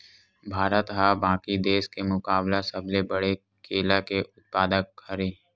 भारत हा बाकि देस के मुकाबला सबले बड़े केला के उत्पादक हरे